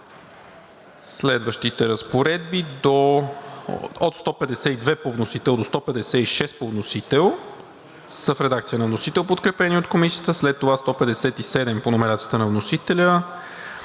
следващите разпоредби от чл. 152 по вносител до чл. 156 по вносител са в редакция по вносител, подкрепени от Комисията, след това чл. 157 по номерацията на вносителя,